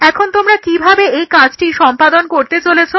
এখন তোমরা কীভাবে এই কাজটি সম্পাদন করতে চলেছো